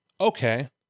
Okay